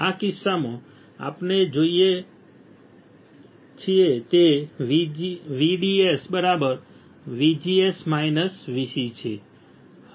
આ કિસ્સામાં આપણે જે જોઈએ છીએ તે VDS VGS VC